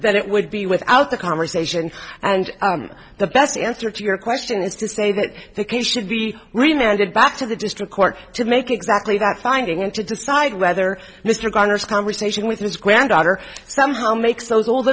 that it would be without the conversation and the best answer to your question is to say that the kids should be remitted back to the district court to make exactly that finding and to decide whether mr gundersen conversation with his granddaughter somehow makes those old